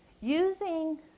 using